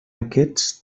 aquests